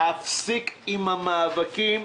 להפסיק עם המאבקים,